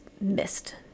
missed